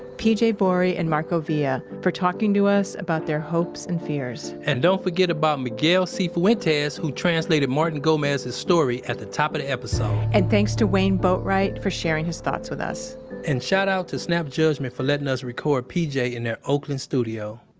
pj borey, and marco villa for talking to us about their hopes and fears and don't forget about miguel sifuentes, who translated martin gomez's story at the top of the episode and thanks to wayne boatwright for sharing his thoughts with us and shout out to snap judgment for letting us record pj in their oakland studio.